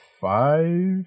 five